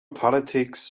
politics